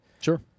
sure